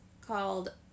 called